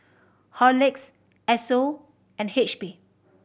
Horlicks Esso and H P